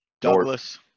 Douglas